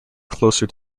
closer